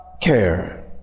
care